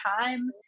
time